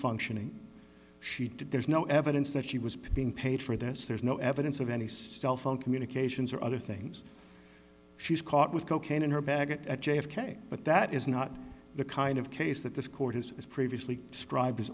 functioning she did there's no evidence that she was being paid for this there's no evidence of any cell phone communications or other things she's caught with cocaine in her bag at j f k but that is not the kind of case that this court has previously describe